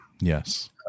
Yes